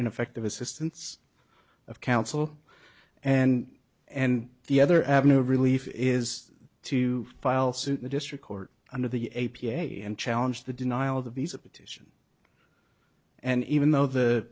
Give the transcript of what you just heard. ineffective assistance of counsel and and the other avenue of relief is to file suit the district court under the a p a and challenge the denial of the visa petition and even though the